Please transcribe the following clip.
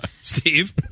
Steve